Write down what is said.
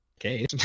Okay